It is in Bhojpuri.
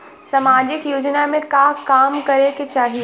सामाजिक योजना में का काम करे के चाही?